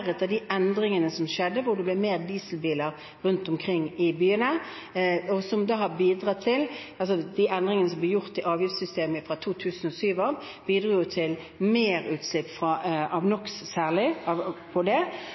de endringene som skjedde da det ble flere dieselbiler rundt omkring i byene. De endringene som ble gjort i avgiftssystemet fra 2007 av, bidro til mer utslipp av NOx, særlig, og det har gjort at byluften har blitt dårligere. På den positive siden er det flere elbiler og hybridbiler – det